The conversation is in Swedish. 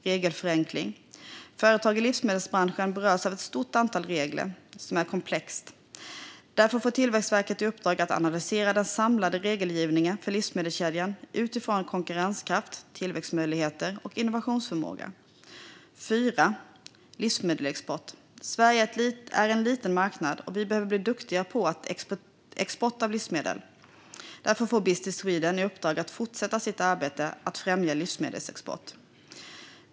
Regelförenkling - företag i livsmedelsbranschen berörs av ett stort antal regler. Detta är komplext. Därför får Tillväxtverket i uppdrag att analysera den samlade regelgivningen för livsmedelskedjan utifrån konkurrenskraft, tillväxtmöjligheter och innovationsförmåga. Livsmedelsexport - Sverige är en liten marknad, och vi behöver bli duktigare på export av livsmedel. Därför får Business Sweden i uppdrag att fortsätta sitt arbete att främja livsmedelsexport.